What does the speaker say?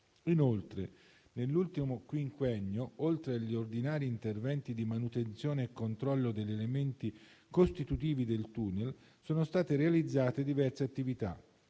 Inoltre nell'ultimo quinquennio, oltre agli ordinari interventi di manutenzione e controllo degli elementi costitutivi del tunnel, sono state realizzate diverse attività,